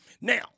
Now